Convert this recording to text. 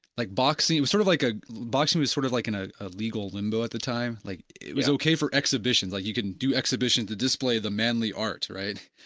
like boxing, sort of like ah boxing was sort of like in a ah legal limbo at the time, like it was okay for exhibitions, like you can do exhibitions and display the manly art right?